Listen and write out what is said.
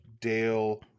Dale